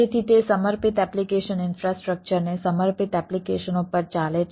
તેથી તે સમર્પિત એપ્લિકેશન ઇન્ફ્રાસ્ટ્રક્ચરને સમર્પિત એપ્લિકેશનો પર ચાલે છે